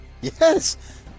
Yes